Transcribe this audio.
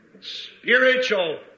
Spiritual